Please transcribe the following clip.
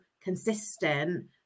consistent